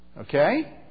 Okay